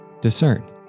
Discern